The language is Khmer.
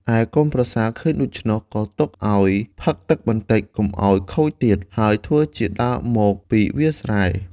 ឯកូនប្រសាឃើញដូច្នោះ ក៏ទុកឱ្យផឹកទឹកបន្តិចកុំឱ្យខូចទៀត ហើយធ្វើជាដើរមកពីវាលស្រែ។